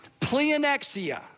Pleonexia